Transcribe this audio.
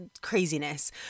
craziness